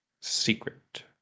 secret